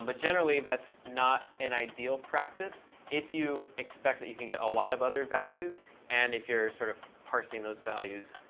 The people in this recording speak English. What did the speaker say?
but generally, that's not an ideal practice if you expect that you can get a lot of other values and if you're sort of parsing those values